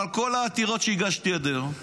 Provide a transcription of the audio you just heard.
אבל כל העתירות שהגשתי עד היום,